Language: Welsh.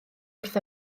wrth